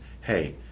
hey